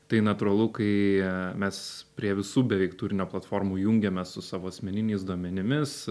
tai natūralu kai mes prie visų beveik turinio platformų jungiame su savo asmeniniais duomenimis